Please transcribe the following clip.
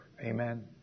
Amen